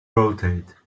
rotate